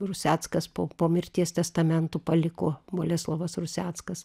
ruseckas po po mirties testamentu paliko boleslovas ruseckas